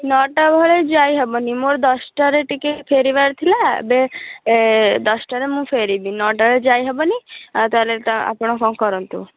ନଅଟା ବେଳେ ଯାଇ ହେବନି ମୋର ଦଶଟାରେ ଟିକେ ଫେରିବାର ଥିଲା ଏବେ ଦଶଟାରେ ମୁଁ ଫେରିବି ନଅଟାରେ ଯାଇ ହେବନି ଆଉ ତାହେଲେ ତ ଆପଣ କ'ଣ କରନ୍ତୁ